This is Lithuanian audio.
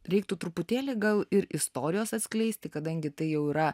reiktų truputėlį gal ir istorijos atskleisti kadangi tai jau yra